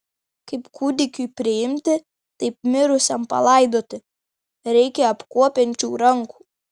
kaip kūdikiui priimti taip mirusiam palaidoti reikia apkuopiančių rankų